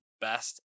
best